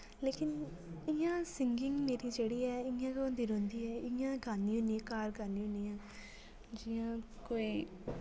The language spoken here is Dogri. लेकिन इ'यां सिंगिंग मेरी जेह्ड़ी ऐ इ'यां गे होंदी रौह्ंदी ऐ इ'यां गानी होन्नी घर गानी होन्नी आ जियां कोई